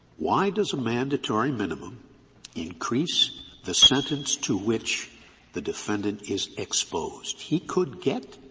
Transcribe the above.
why does a mandatory minimum increase the sentence to which the defendant is exposed? he could get